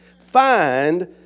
Find